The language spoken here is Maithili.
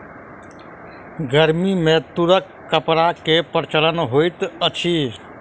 गर्मी में तूरक कपड़ा के प्रचलन होइत अछि